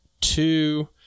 two